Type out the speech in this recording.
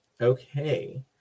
Okay